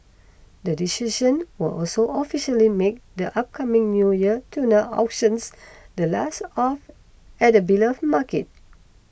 the decision will also officially make the upcoming New Year tuna auctions the last at the beloved market